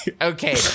okay